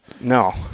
no